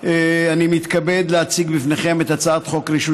אני מתכבד להציג לפניכם את הצעת חוק רישוי